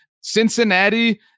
Cincinnati